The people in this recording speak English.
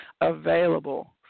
available